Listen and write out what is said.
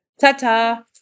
Ta-ta